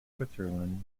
switzerland